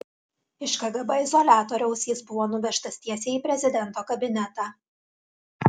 iš kgb izoliatoriaus jis buvo nuvežtas tiesiai į prezidento kabinetą